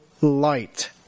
light